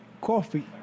coffee